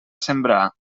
sembrar